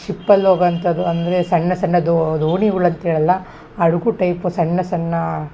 ಶಿಪ್ಪಲ್ಲಿ ಹೋಗೋ ಅಂಥದ್ದು ಅಂದರೆ ಸಣ್ಣ ಸಣ್ಣ ದೋಣಿಗಳು ಅಂತ್ಹೇಳಲ್ಲ ಹಡಗು ಟೈಪ್ ಸಣ್ಣ ಸಣ್ಣ